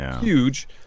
huge